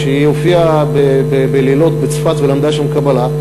כשהיא הופיעה בלילות בצפת ולמדה שם קבלה,